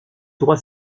droit